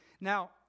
Now